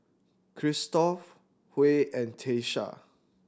Christop Huey and Tiesha